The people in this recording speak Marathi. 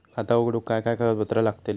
खाता उघडूक काय काय कागदपत्रा लागतली?